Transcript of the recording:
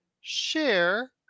share